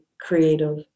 creative